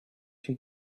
she